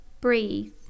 breathe